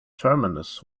terminus